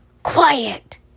Quiet